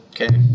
Okay